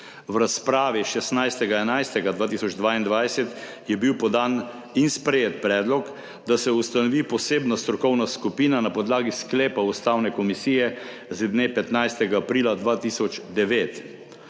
V razpravi 16. 11. 2022 je bil podan in sprejet predlog, da se ustanovi posebna strokovna skupina na podlagi sklepa Ustavne komisije z dne 15. aprila 2009,